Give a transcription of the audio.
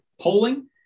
polling